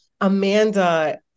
Amanda